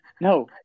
No